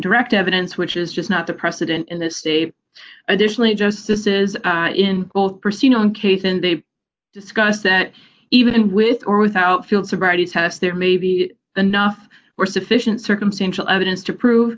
direct evidence which is just not the precedent in this state additionally justices in both pursue known case and they discuss that even with or without field sobriety tests there may be anough were sufficient circumstantial evidence to prove